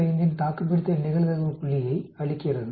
22055 இன் தாக்குபிடித்தல் நிகழ்தகவு புள்ளியை அளிக்கிறது